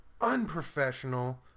Unprofessional